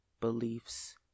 beliefs